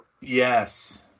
Yes